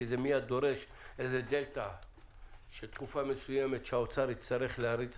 כי זה מייד דורש איזו דלתא של תקופה מסוימת שהאוצר יצטרך להריץ,